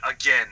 again